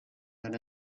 than